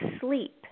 sleep